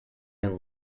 and